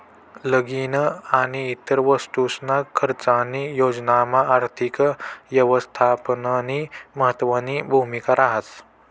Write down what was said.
लगीन आणि इतर वस्तूसना खर्चनी योजनामा आर्थिक यवस्थापननी महत्वनी भूमिका रहास